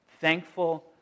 thankful